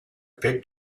big